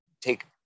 take